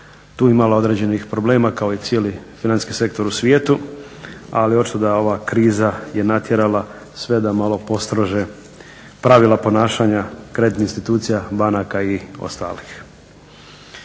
tu imala određenih problema kao i cijeli financijski sektor u svijetu. Ali očito da ova kriza je natjerala sve da malo postrože pravila ponašanja kreditnih institucija, banaka i ostalih.